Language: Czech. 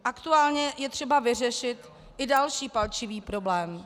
Aktuálně je třeba vyřešit i další palčivý problém.